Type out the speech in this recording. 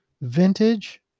vintage